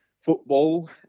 football